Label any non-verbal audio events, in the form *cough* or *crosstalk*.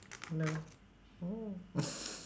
no mm *noise*